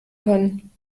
können